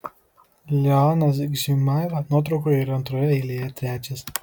leonas gžimaila nuotraukoje yra antroje eilėje trečias